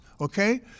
Okay